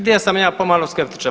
Gdje sam ja pomalo skeptičan?